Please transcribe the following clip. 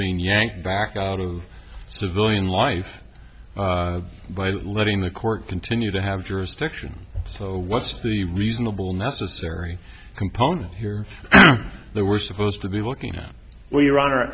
being yanked back out of civilian life by letting the court continue to have jurisdiction so what's the reasonable necessary component here that we're supposed to be looking at well your hon